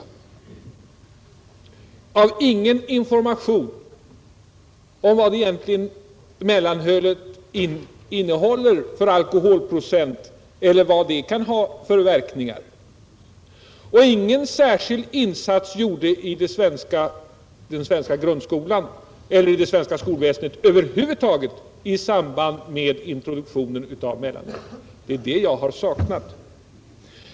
Det gavs ingen information om vilken alkoholprocent mellanölet innehåller eller vilka verkningar mellanölet kan ha. Ingen särskild insats gjordes heller i den svenska grundskolan eller i det svenska skolväsendet över huvud taget i samband med introduktionen av mellanölet. Det är detta jag har saknat.